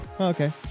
Okay